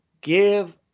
give